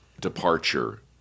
departure